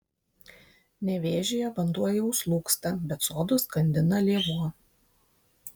nevėžyje vanduo jau slūgsta bet sodus skandina lėvuo